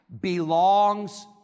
belongs